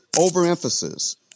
overemphasis